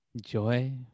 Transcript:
Joy